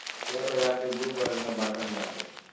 share बाज़ार के दू वर्ग में बांटल जा हइ